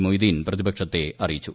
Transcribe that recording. മൊയ്തീൻ പ്രതിപക്ഷത്തെ അറിയിച്ചു